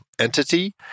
entity